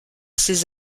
ses